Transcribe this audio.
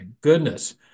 goodness